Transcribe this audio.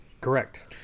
Correct